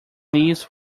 leaves